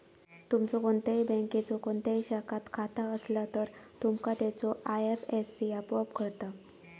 तुमचो कोणत्याही बँकेच्यो कोणत्याही शाखात खाता असला तर, तुमका त्याचो आय.एफ.एस.सी आपोआप कळता